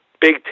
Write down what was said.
big